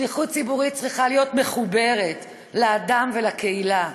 שליחות ציבורית צריכה להיות מחוברת לאדם ולקהילה,